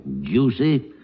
Juicy